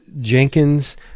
Jenkins